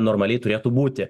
normaliai turėtų būti